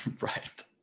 Right